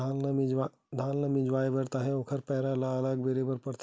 धान ल मिंजवाबे तहाँ ओखर पैरा ल अलग करे बर परथे